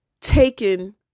taken